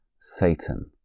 Satan